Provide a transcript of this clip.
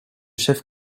chef